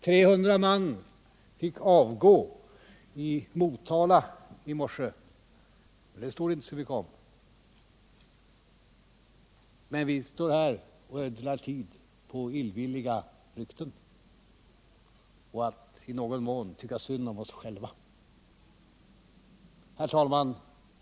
300 man fick avgå i Motala i morse. Det står det inte så mycket om i pressen. Men vi står här och ödslar tid på illvilliga rykten och i någon mån på att tycka synd om oss själva. Herr talman!